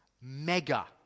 mega